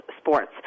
sports